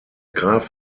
graf